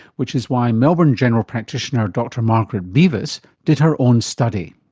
which is why melbourne general practitioner dr margaret beavis did her own study.